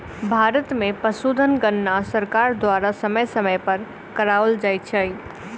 भारत मे पशुधन गणना सरकार द्वारा समय समय पर कराओल जाइत छै